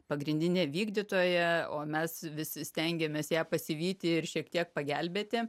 pagrindinė vykdytoja o mes vis stengiamės ją pasivyti ir šiek tiek pagelbėti